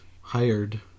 hired